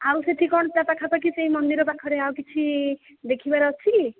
ଆଉ ସେଠି କ'ଣ ତା ପାଖାପାଖି ସେହି ମନ୍ଦିରର ପାଖରେ ଆଉ କିଛି ଦେଖିବାର ଅଛି